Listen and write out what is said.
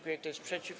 Kto jest przeciw?